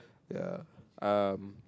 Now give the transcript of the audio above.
ya um